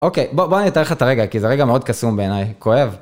אוקיי, בוא, בוא אני אתאר לך את הרגע, כי זה רגע מאוד קסום בעיניי, כואב.